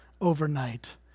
Overnight